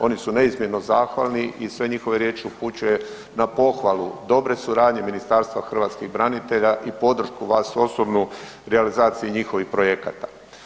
Oni su neizmjerno zahvalni i sve njihove riječi upućuje na pohvalu dobre suradnje Ministarstva hrvatskih branitelja i podršku vas osobnu realizaciji njihovih projekata.